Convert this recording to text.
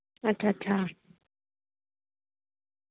अच्छा अच्छा